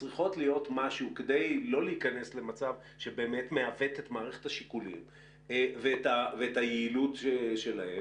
כדי לא להיכנס למצב שמעוות את מערכת השיקולים ואת היעילות שלהן,